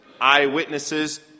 eyewitnesses